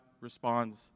responds